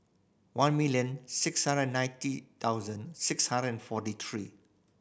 one million six hundred ninety thousand six hundred and forty three